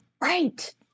Right